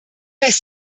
fest